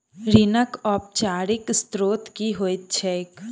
ऋणक औपचारिक स्त्रोत की होइत छैक?